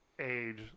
age